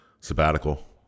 sabbatical